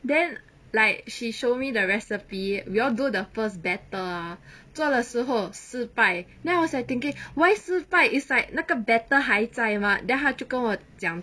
then like she show me the recipe we all do the first butter ah 做了时候失败 then I was like thinking why 失败 its like 那个 butter 还在 mah then 他就跟我讲